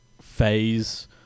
phase